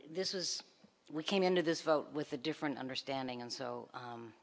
this is we came into this vote with a different understanding and so